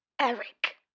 Eric